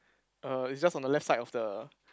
uh it's just on the left side of the